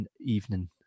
Evening